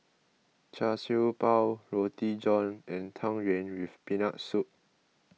Char Siew Bao Roti John and Tang Yuen with Peanut Soup